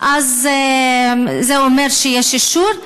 אז זה אומר שיש אישור.